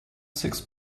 six